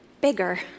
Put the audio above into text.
bigger